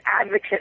advocate